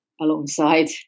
alongside